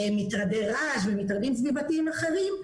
מטרדי רעש ומטרדים סביבתיים אחרים,